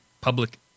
public